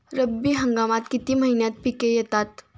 रब्बी हंगामात किती महिन्यांत पिके येतात?